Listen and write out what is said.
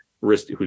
risk